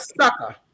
sucker